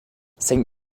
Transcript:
saint